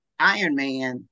Ironman